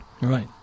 Right